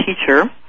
Teacher